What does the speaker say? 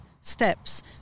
steps